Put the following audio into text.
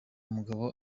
mugabo